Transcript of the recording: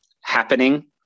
happening